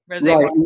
Right